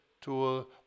tool